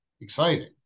exciting